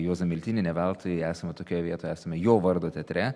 juozą miltinį ne veltui esame tokioje vietoje esame jo vardo teatre